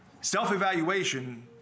Self-evaluation